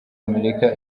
amerika